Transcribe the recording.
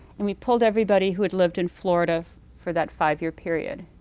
and we pulled everybody who had lived in florida for that five-year period.